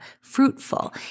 fruitful